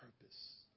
purpose